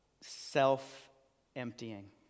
self-emptying